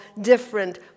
different